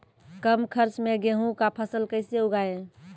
कम खर्च मे गेहूँ का फसल कैसे उगाएं?